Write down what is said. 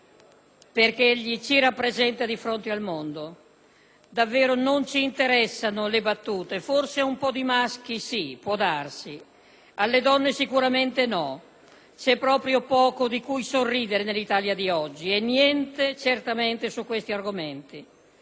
perché egli ci rappresenta di fronte al mondo. Davvero non ci interessano le battute; forse ad un po' di maschi sì, può darsi, ma alle donne sicuramente no. C'è proprio poco di cui sorridere nell'Italia di oggi e certamente non c'è niente